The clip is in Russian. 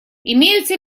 имеются